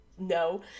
no